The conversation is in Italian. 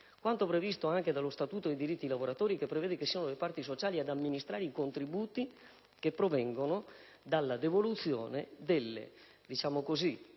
quanto previsto anche dallo Statuto dei diritti dei lavoratori, che prevede che siano le parti sociali ad amministrare i contributi che provengono dalla devoluzione delle partecipazioni